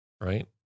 right